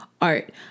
art